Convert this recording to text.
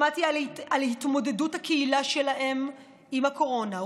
שמעתי על התמודדות הקהילה שלהם עם הקורונה,